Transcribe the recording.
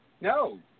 No